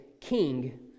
king